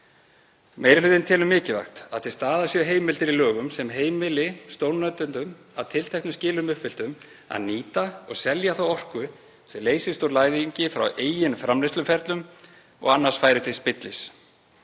Meiri hlutinn telur mikilvægt að til staðar séu heimildir í lögum sem heimili stórnotendum, að tilteknum skilyrðum uppfylltum, að nýta og selja þá orku sem leysist úr læðingi frá eigin framleiðsluferlum og annars færi til spillis